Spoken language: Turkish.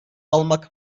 almak